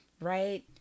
right